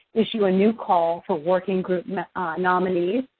issue a new call for working group nominees.